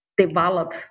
develop